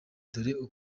dore